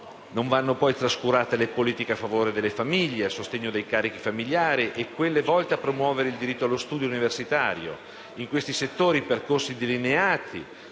Non vanno poi trascurate le politiche a favore delle famiglie, a sostegno dei carichi familiari e quelle volte a promuovere il diritto allo studio universitario. In questi settori i percorsi delineati